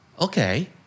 Okay